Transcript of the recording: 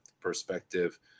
perspective